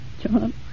John